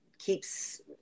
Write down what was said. keeps